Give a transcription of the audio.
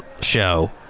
show